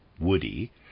woody